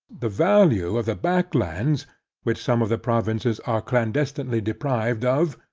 the value of the back lands which some of the provinces are clandestinely deprived of,